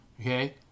Okay